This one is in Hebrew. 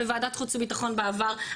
בוועדת חוץ ובטחון בעבר,